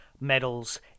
medals